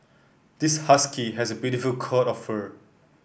this husky has a beautiful coat of fur